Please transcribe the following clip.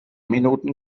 minuten